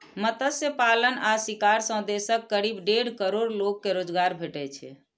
मत्स्य पालन आ शिकार सं देशक करीब डेढ़ करोड़ लोग कें रोजगार भेटै छै